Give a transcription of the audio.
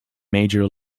major